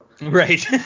Right